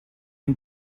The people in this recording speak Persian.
این